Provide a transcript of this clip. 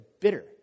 bitter